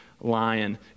lion